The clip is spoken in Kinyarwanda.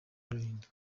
rulindo